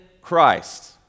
Christ